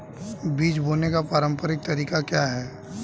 बीज बोने का पारंपरिक तरीका क्या है?